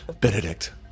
Benedict